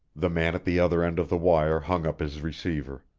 the man at the other end of the wire hung up his receiver.